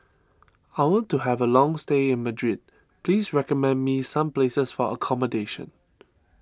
I want to have a long stay in Madrid please recommend me some places for accommodation